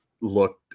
looked